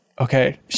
Okay